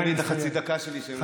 אבל תיתן לי את חצי הדקה שהם לקחו לי.